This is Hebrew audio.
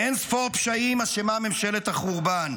באין-ספור פשעים אשמה ממשלת החורבן,